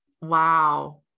Wow